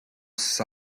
sci